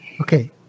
Okay